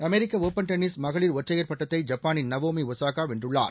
அமெரிக்க open tennis மகளிர் ஒற்றையர் பட்டத்தை ஜப்பானின் நவோமி ஒசாகா வென்றுள்ளார்